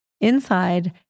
Inside